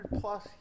plus